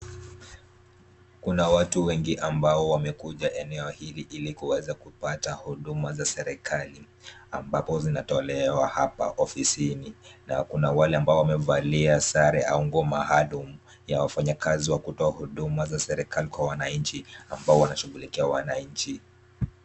Kuna watu wengi ambao wamekuja eneo hili ili kuweza kupata huduma za serekali ambapo zinatolewa hapa ofisini na kuna wale ambao wamevalia sare au nguo maalum ya wafanyikazi wa kutoa huduma za serekali kwa wananchi ambao wanashughulikia wananchi.